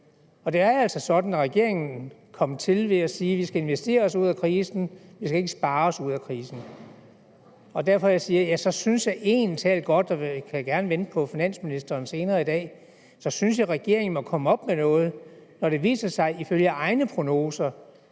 det er altså sådan, at regeringen kom til ved at sige, at vi skal investere os ud af krisen, at vi ikke skal spare os ud af krisen. Det er derfor, jeg siger, at så synes jeg egentlig – og jeg vil gerne vente på finansministeren senere i dag – at regeringen godt må komme op med noget. Når det viser sig ifølge egne prognoser,